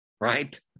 right